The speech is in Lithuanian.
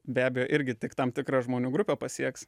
be abejo irgi tik tam tikrą žmonių grupę pasieks